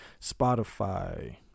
Spotify